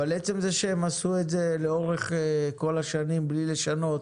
אבל עצם זה שהם עשו את זה לאורך כל השנים בלי לשנות,